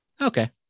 Okay